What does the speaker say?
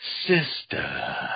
sister